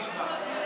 לא נשכח ולא נסלח.